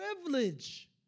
privilege